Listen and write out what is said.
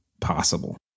possible